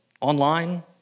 online